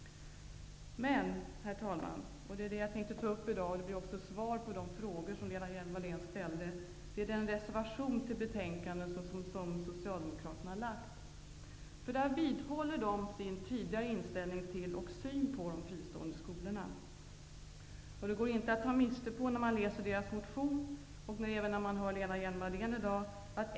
Men, herr talman, det jag tänkt ta upp i dag, och det blir även svar på de frågor som Lena Hjelm Wallén ställde, är den reservation till betänkandet som Socialdemokraterna lagt. Där vidhåller de sin tidigare inställning till och syn på de fristående skolorna. Det går inte att ta miste på deras inställning när man läser deras motion och när man hör Lena Hjelm-Wallén i dag.